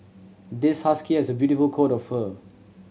this husky has a beautiful coat of fur